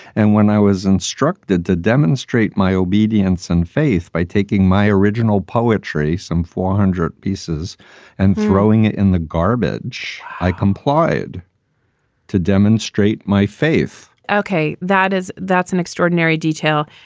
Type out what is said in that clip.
and when i was instructed to demonstrate my obedience and faith by taking my original poetry, some four hundred pieces and throwing it in the garbage, i complied to demonstrate my faith okay. that is that's an extraordinary detail.